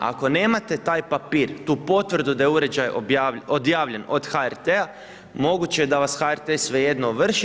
Ako nemate taj papir, tu potvrdu da je uređaj odjavljen od HRT-a moguće je da vas HRT svejedno ovrši.